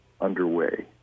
underway